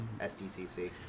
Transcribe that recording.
SDCC